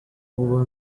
ubwo